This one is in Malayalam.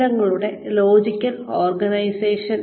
വിവരങ്ങളുടെ ലോജിക്കൽ ഓർഗനൈസേഷൻ